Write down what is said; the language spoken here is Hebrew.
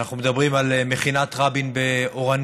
אנחנו מדברים על מכינת רבין באורנים,